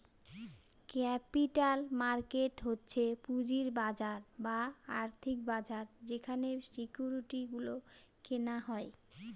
capital market হচ্ছে পুঁজির বাজার বা আর্থিক বাজার যেখানে সিকিউরিটি গুলো কেনা হয়